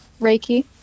Reiki